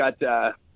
got